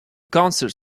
concert